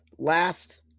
Last